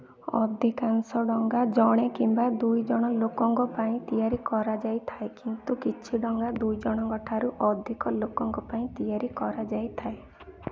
ଅଧିକାଂଶ ଡଙ୍ଗା ଜଣେ କିମ୍ବା ଦୁଇ ଜଣ ଲୋକଙ୍କ ପାଇଁ ତିଆରି କରାଯାଇଥାଏ କିନ୍ତୁ କିଛି ଡଙ୍ଗା ଦୁଇଜଣଙ୍କ ଠାରୁ ଅଧିକ ଲୋକଙ୍କ ପାଇଁ ତିଆରି କରାଯାଇଥାଏ